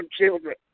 children